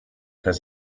has